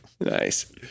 Nice